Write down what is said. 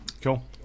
Cool